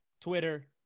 Twitter